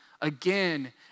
again